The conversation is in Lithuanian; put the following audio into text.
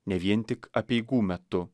ne vien tik apeigų metu